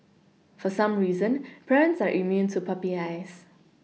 for some reason parents are immune to puppy eyes